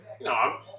no